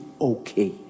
okay